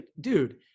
dude